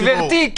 גברתי,